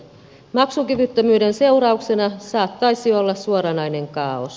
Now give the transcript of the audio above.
maksukyvyttömyyden seurauksena saattaisi olla suoranainen kaaos